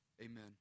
Amen